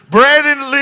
Brandon